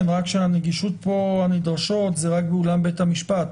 רק שהתאמות הנגישות הנדרשות זה רק באולם בית המשפט.